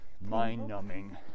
mind-numbing